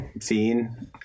scene